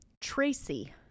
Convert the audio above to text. tracy